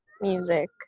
music